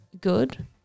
good